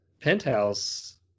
penthouse